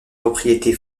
propriétés